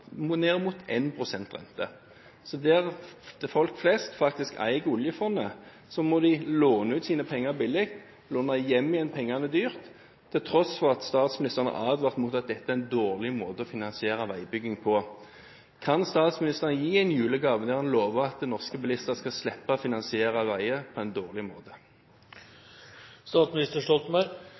rente. Folk flest eier faktisk oljefondet, men de må låne ut sine penger billig, for så å låne hjem igjen pengene dyrt – til tross for at statsministeren advarte mot at det er en dårlig måte å finansiere veibygging på. Kan statsministeren gi en julegave ved å love at norske bilister skal slippe å finansiere veier på en dårlig